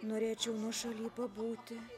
norėčiau nuošaly pabūti